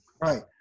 Right